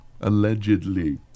Allegedly